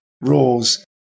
rules